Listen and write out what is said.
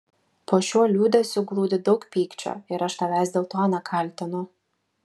po šiuo liūdesiu glūdi daug pykčio ir aš tavęs dėl to nekaltinu